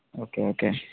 okay okay